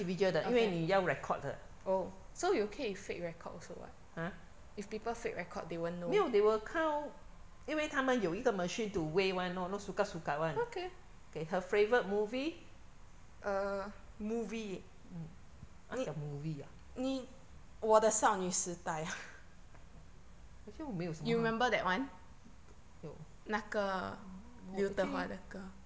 individual 的因为你要 record 的啊没有 they will count 因为他们有一个 machine to weigh [one] you know not suka suka [one] okay her favourite movie mm 它讲 movie 啊 actually 我没有什么我 actually